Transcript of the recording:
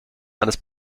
eines